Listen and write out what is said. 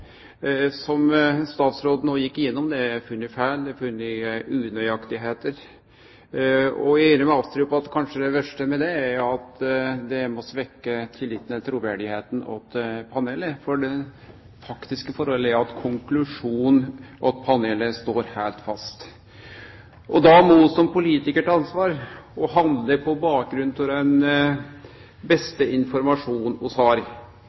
Som statsråden no gjekk igjennom: Det er funne feil, det er funne unøyaktigheiter. Eg er einig med representanten Astrup i at kanskje det verste med det er at det er med på å svekkje tilliten og truverdet til panelet, for det faktiske forholdet er at konklusjonen til panelet står heilt fast. Da må vi som politikarar ta ansvar og handle på bakgrunn av den